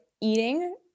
eating